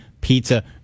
pizza